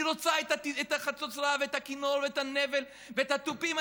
רוצה את החצוצרה ואת הכינור ואת הנבל ואת התופים.